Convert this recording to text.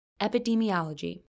Epidemiology